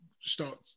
start